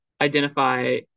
identify